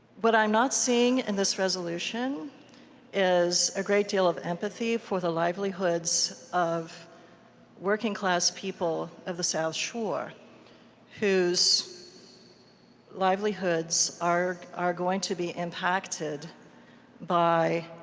what i'm not seeing in this resolution is a great deal of empathy for the livelihoods of working class people of the south shore whose livelihoods are are going to be impacted by